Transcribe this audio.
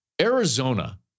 Arizona